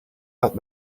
out